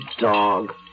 dog